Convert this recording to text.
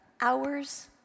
hours